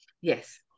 Yes